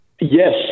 Yes